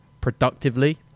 productively